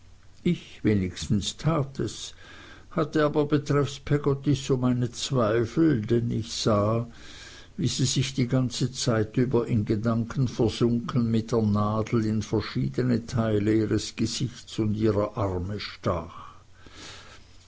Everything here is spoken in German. ich wenigstens tat es hatte aber betreffs peggottys so meine zweifel denn ich sah wie sie sich die ganze zeit über in gedanken versunken mit der nadel in verschiedene teile ihres gesichts und ihrer arme stach